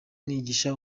nigisha